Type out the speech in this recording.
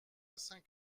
cinq